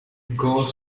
gore